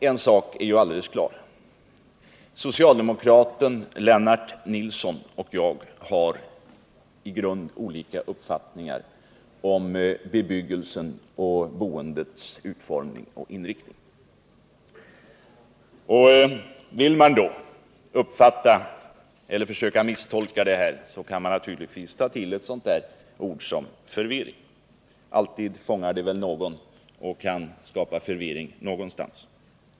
En sak är alldeles klar: Socialdemokraten Lennart Nilsson och jag har i grunden olika uppfattningar om bebyggelsens och boendets utformning och inriktning. Vill man försöka misstolka detta kan man naturligtvis ta till ett sådant ord som förvirring. Alltid fångar det väl någon och kan skapa förvirring någonstans.